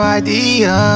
idea